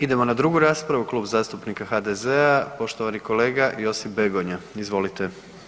Idemo na 2. raspravu, Klub zastupnika HDZ-a, poštovani kolega Josip Begonja, izvolite.